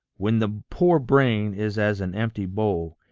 when the poor brain is as an empty bowl,